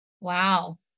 Wow